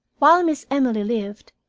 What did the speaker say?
while miss emily lived,